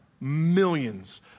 millions